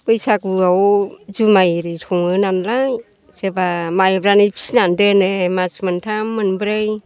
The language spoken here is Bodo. बैसागुआव जुमाय एरि संङो नालाय सोरबा माइब्रानि फिनानै दोनो मासमोनथाम मोनब्रै